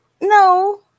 No